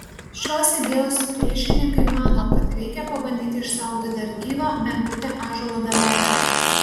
šios idėjos priešininkai mano kad reikia pabandyti išsaugoti dar gyvą menkutę ąžuolo dalelę